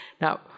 Now